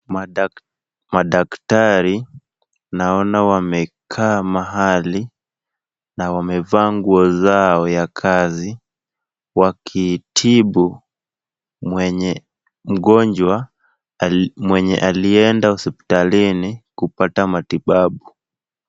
Madaktari naona wamekaa mahali na wamevaa nguo zao ya kazi, wakitibu mwenye mgonjwa, mwenye alienda hospitalini kupata matibabu.